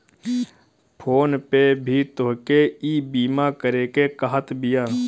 phone पे भी तोहके ईबीमा करेके कहत बिया